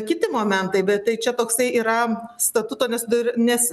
kiti momentai bet tai čia toksai yra statuto nesuder nes